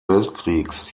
weltkriegs